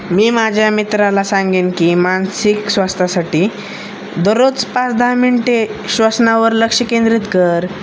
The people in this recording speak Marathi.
मी माझ्या मित्राला सांगेन की मानसिक स्वास्थासाठी दररोज पाच दहा मिनटे श्वसनावर लक्ष केंद्रित कर